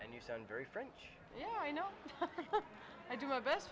and you sound very french yeah i know i do my best